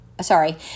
sorry